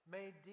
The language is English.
made